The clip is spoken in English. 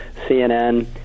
CNN